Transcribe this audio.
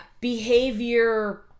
behavior